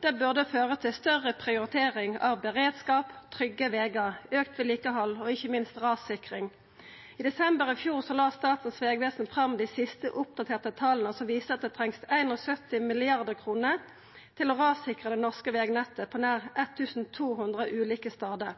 Det burde føra til større prioritering av beredskap, trygge vegar, auka vedlikehald og ikkje minst rassikring. I desember i fjor la Statens vegvesen fram dei siste oppdaterte tala, som viste at det trengst 71 mrd. kr til å rassikra det norske vegnettet på nær 1 200 ulike stader.